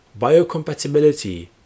biocompatibility